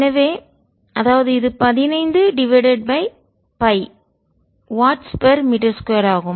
எனவே அதாவது இது பதினைந்து ஓவர் பை வாட்ஸ் மீட்டர்2 ஆகும்